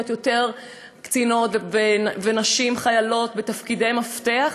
יותר קצינות ונשים חיילות בתפקידי מפתח,